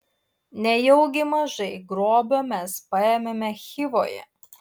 nejaugi mažai grobio mes paėmėme chivoje